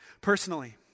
Personally